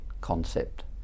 concept